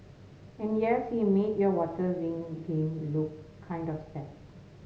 and yes he made your water ring game look kind of sad